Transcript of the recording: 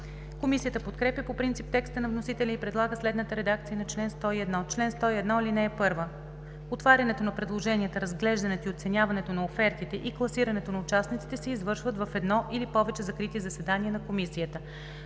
Комисията подкрепя по принцип текста на вносителя и предлага следната редакция на чл. 101: „Чл. 101. (1) Отварянето на предложенията, разглеждането и оценяването на офертите и класирането на участниците се извършват в едно или повече закрити заседания на комисията.